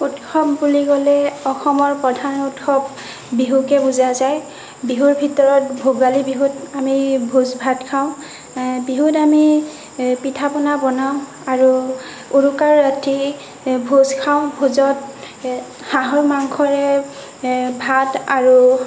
উৎসৱ বুলি ক'লে অসমৰ প্ৰধান উৎসৱ বিহুকে বুজা যায় বিহুৰ ভিতৰত ভোগালী বিহুত আমি ভোজ ভাত খাওঁ বিহুত আমি পিঠা পনা বনাওঁ আৰু উৰুকাৰ ৰাতি ভোজ খাওঁ ভোজত হাঁহৰ মাংসৰে ভাত আৰু